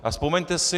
A vzpomeňte si.